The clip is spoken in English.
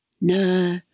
Nah